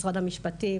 משרד המשפטים,